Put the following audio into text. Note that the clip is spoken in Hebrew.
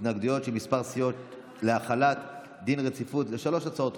התנגדויות של כמה סיעות להחלת דין רציפות בשלוש הצעת חוק: